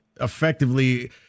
Effectively